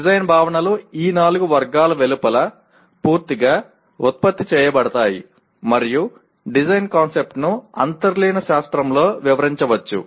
design భావనలు ఈ నాలుగు వర్గాల వెలుపల పూర్తిగా ఉత్పత్తి చేయబడతాయి మరియు డిజైన్ కాన్సెప్ట్ను అంతర్లీన శాస్త్రంలో వివరించవచ్చు